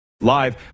live